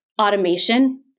automation